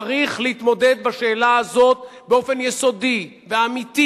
צריך להתמודד עם השאלה הזאת באופן יסודי ואמיתי